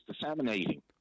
disseminating